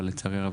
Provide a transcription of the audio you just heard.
אבל לצערי הרב,